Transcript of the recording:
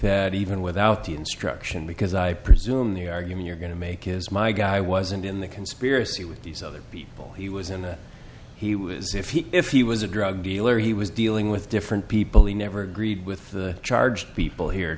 that even without the instruction because i presume the argument i'm going to make is my guy wasn't in the conspiracy with these other people he was and he was if he if he was a drug dealer he was dealing with different people he never agreed with the charge people here